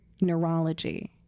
neurology